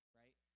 right